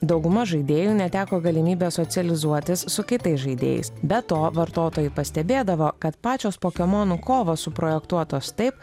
dauguma žaidėjų neteko galimybės socializuotis su kitais žaidėjais be to vartotojai pastebėdavo kad pačios pokemonų kovos suprojektuotos taip